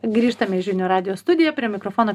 grįžtame į žinių radijo studiją prie mikrofono